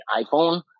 iPhone